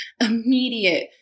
immediate